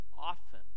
often